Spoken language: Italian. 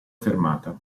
fermata